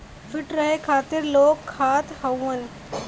feet रहे खातिर लोग खात हउअन